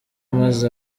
maze